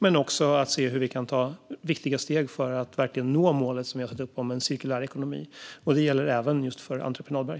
Vidare ska vi se hur vi kan ta viktiga steg för att verkligen nå målet om en cirkulär ekonomi. Det gäller även för entreprenadberg.